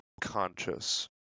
conscious